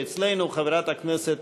שאצלנו חברת הכנסת